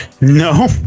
no